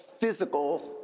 physical